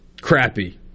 crappy